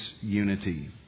unity